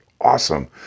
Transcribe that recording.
awesome